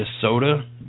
soda